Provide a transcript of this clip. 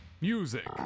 Music